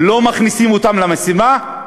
לא מכניסים אותם למשימה,